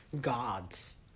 gods